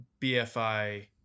bfi